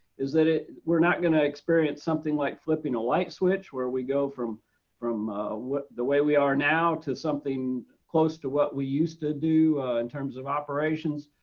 is that it we're not going to experience something like flipping a light switch, where we go from from what the way we are now to something close to what we used to do in terms of operations.